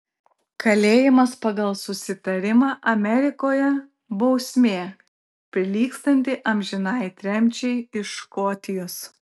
kalėjimas pagal susitarimą amerikoje bausmė prilygstanti amžinai tremčiai iš škotijos